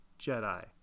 Jedi